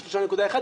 3.1%,